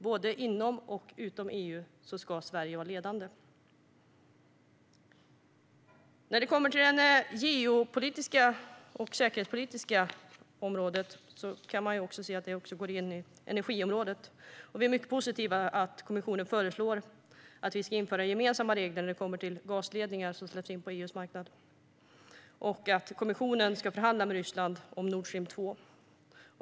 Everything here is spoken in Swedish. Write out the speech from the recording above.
Både inom och utom EU ska Sverige vara ledande. När det kommer till det geopolitiska och säkerhetspolitiska området kan man se att det också går in i energiområdet. Vi är mycket positiva till att kommissionen föreslår att vi ska införa gemensamma regler när det gäller gasledningar som släpps in på EU:s marknad och att kommissionen ska förhandla med Ryssland om Nord Stream 2.